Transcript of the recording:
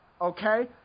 Okay